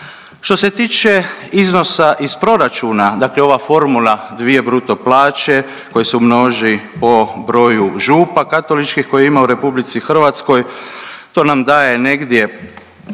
Što se tiče iznosa iz proračuna, dakle ova formula dvije bruto plaće koje se umnoži po broju župa katoličkih kojih ima u Republici Hrvatskoj to nam daje negdje